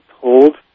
told